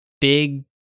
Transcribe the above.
big